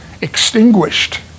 extinguished